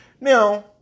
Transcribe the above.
Now